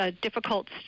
difficult